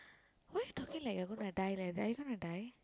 why you talking like you're going to die like that are you going to die